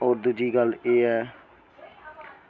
होर दूजी गल्ल एह् ऐ